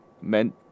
meant